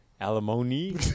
Alimony